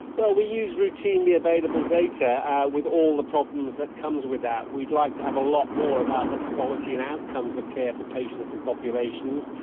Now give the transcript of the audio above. well, we used routinely available data with all the problems that comes with that. we'd like to have a lot more about the quality and outcomes of care for patients and populations,